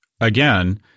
again